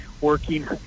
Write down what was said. working